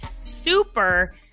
super